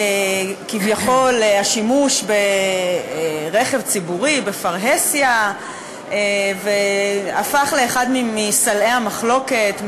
כביכול השימוש ברכב ציבורי בפרהסיה הפך לאחד מסלעי המחלוקת,